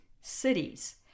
cities